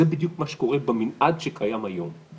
זה בדיוק מה שקורה במנעד שקיים היום.